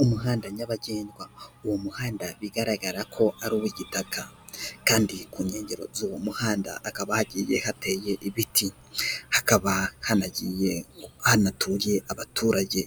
Mu muhanda nyabagendwa uwo muhanda bigaragara ko ari uw'igitaka kandi ku nkengero z'uwo muhanda hakaba hagiye hateye ibiti, hakaba hanagiye hanatuye abaturage